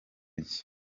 nshya